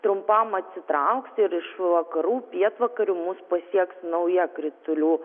trumpam atsitrauks ir iš vakarų pietvakarių mus pasieks nauja kritulių